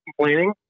complaining